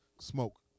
smoke